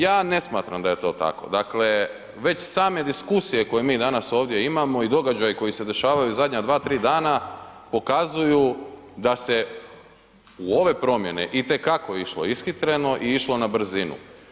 Ja ne smatram da je to tako, dakle već same diskusije koje mi danas ovdje imamo i događaji koji se dešavaju u zadnja 2-3 dana pokazuju da se u ove promjene itekako išlo ishitreno i išlo na brzinu.